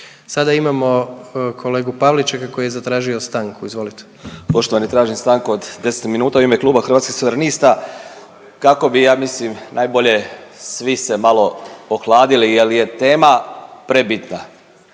Sada imamo kolegu Pavličeka koji je zatražio stanku, izvolite. **Pavliček, Marijan (Hrvatski suverenisti)** Poštovani, tražim stanku od 10 minuta u ime Kluba Hrvatskih suverenista kako bi ja mislim najbolje svi se malo ohladili jel je tema prebitna